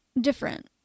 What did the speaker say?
different